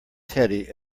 teddy